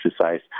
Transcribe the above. exercise